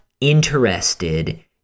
interested